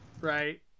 Right